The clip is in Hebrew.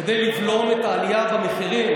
כדי לבלום את העלייה במחירים.